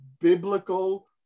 biblical